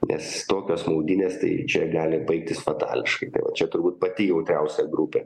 nes tokios maudynės tai čia gali baigtis fatališkai čia turbūt pati jautriausia grupė